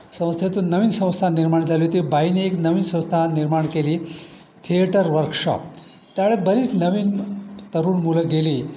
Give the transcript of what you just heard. संस्थेतून नवीन संस्था निर्माण झाली होती बाईंनी एक नवीन संस्था निर्माण केली थिएटर वर्कशॉप त्यावेळा बरीच नवीन तरुण मुलं गेली